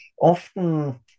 often